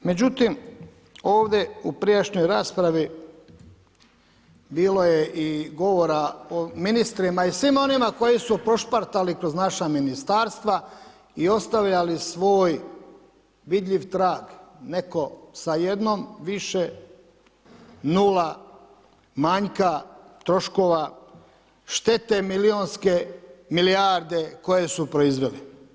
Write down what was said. Međutim, ovdje u prijašnjoj raspravi bilo je i govora ministrima i svima onima koji su prošpartali kroz naša ministarstva i ostavljali svoj vidljiv trag, netko sa jednom više nula manjka troškova, štete milionske, milijarde koje su proizveli.